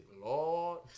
Lord